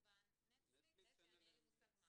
זה בנפטליקס שאין לי מושג מה